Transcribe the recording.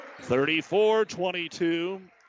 34-22